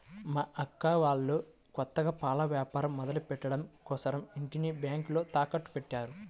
మా అక్క వాళ్ళు కొత్తగా పాల వ్యాపారం మొదలుపెట్టడం కోసరం ఇంటిని బ్యేంకులో తాకట్టుపెట్టారు